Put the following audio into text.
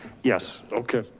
yes. okay,